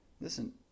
Listen